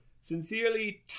Sincerely